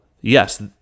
yes